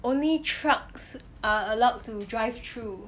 only trucks are allowed to drive through